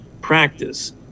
practice